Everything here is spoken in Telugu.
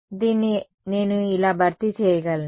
కాబట్టి దీన్ని నేను ఇలా భర్తీ చేయగలను